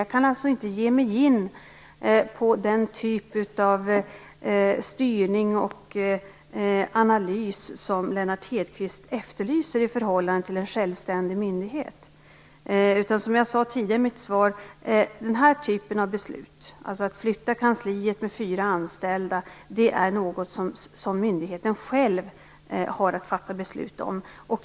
Jag kan alltså inte ge mig in på den typ av styrning och analys som Lennart Hedquist efterlyser i förhållande till en självständig myndighet. Som jag sade tidigare i mitt svar är den här typen av beslut, alltså att flytta kansliet ned fyra anställda, något som myndigheten själv har att fatta beslut om.